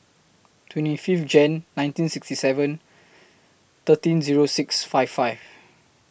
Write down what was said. twenty Fifth Jan nineteen sixty seven thirteen Zero six five five